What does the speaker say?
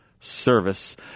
service